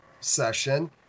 session